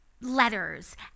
letters